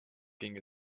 ging